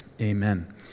Amen